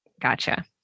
gotcha